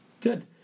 Good